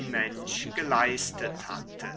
mensch geleistet hatte